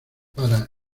para